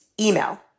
email